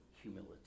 humility